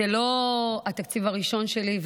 זה לא התקציב הראשון שלי,